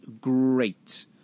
great